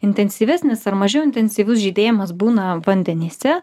intensyvesnis ar mažiau intensyvus žydėjimas būna vandenyse